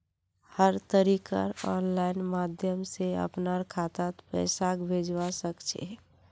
हर तरीकार आनलाइन माध्यम से अपनार खातात पैसाक भेजवा सकछी